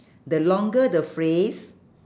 the longer the phrase